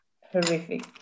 horrific